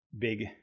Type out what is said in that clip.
big